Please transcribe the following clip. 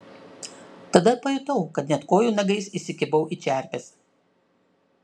tada pajutau kad net kojų nagais įsikibau į čerpes